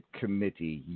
committee